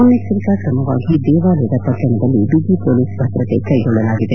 ಮುನ್ನಚ್ವೆರಿಕಾ ್ರಮವಾಗಿ ದೇವಾಲಯದ ಪಟ್ಟಣದಲ್ಲಿ ಬಿಗಿ ಪೊಲೀಸ್ ಭದ್ರತೆ ಕೈಗೊಳ್ಳಲಾಗಿದೆ